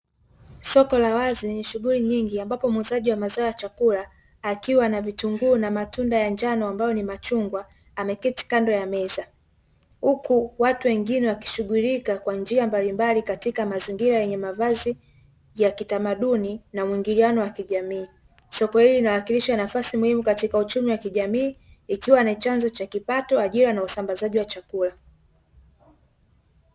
Soko la wazi lenye shughuli nyingi ambapo muuzaji wa mazao ya chakula akiwa na vitunguu na matunda ya njano ambayo ni machungwa ameketi kando ya meza, huku watu wengine wakishughulika kwa njia mbalimbali katika mazingira yenye mavazi ya kitamaduni na mwingiliano wa kijamii, soko hili linawakilishwa nafasi muhimu katika uchumi wa kijamii ikiwa ni chanzo cha kipato ajira na usambazaji wa chakula.